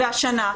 והשנה,